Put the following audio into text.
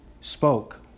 spoke